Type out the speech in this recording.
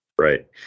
Right